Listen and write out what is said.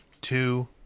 two